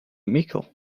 mickle